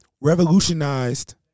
revolutionized